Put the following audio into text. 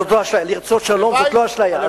לרצות שלום זו לא אשליה,